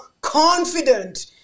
confident